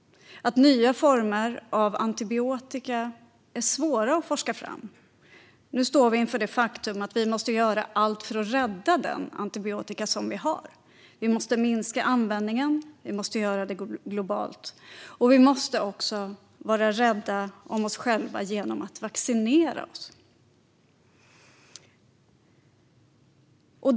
Nya former av antibiotika är svåra att forska fram. Nu står vi inför det faktum att vi måste göra allt för att rädda den antibiotika som vi har. Vi måste minska användningen - vi måste göra det globalt. Vi måste också vara rädda om oss själva genom att vaccinera oss.